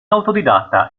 autodidatta